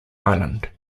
island